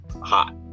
hot